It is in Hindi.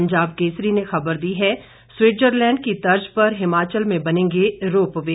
पंजाब केसरी ने खबर दी है स्विट्जरलैंड की तर्ज पर हिमाचल में बनेंगे रोपवे